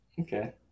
Okay